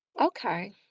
Okay